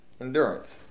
Endurance